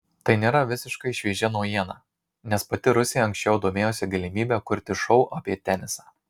tai nėra visiškai šviežia naujiena nes pati rusė anksčiau domėjosi galimybe kurti šou apie tenisą